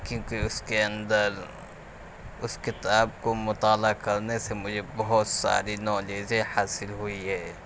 کیونکہ اس کے اندر اس کتاب کو مطالعہ کرنے سے مجھے بہت ساری نالجیں حاصل ہوئی ہے